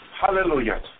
Hallelujah